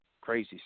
crazy